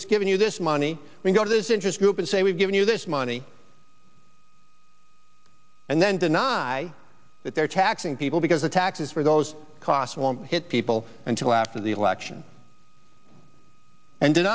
e given you this money we go to those interest group and say we've given you this money and then deny that they're taxing people because the taxes for those costs won't hit people until after the election and did